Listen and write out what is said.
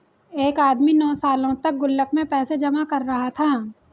एक आदमी नौं सालों तक गुल्लक में पैसे जमा कर रहा था